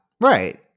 right